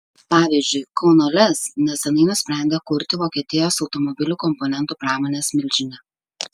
pavyzdžiui kauno lez neseniai nusprendė kurti vokietijos automobilių komponentų pramonės milžinė